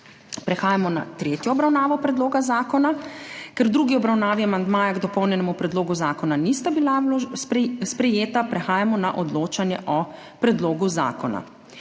Prehajamo na tretjo obravnavo predloga zakona. Ker v drugi obravnavi amandmaja k dopolnjenemu predlogu zakona nista bila sprejeta, prehajamo na odločanje o predlogu zakona.